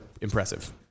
impressive